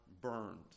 burned